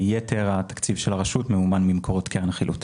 יתר התקציב של הרשות ממומן ממקורות קרן חילוט.